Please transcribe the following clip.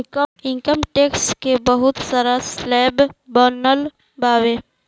income tax के बहुत सारा स्लैब बनल बावे